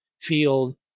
field